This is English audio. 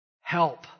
help